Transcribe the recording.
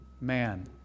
man